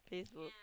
facebook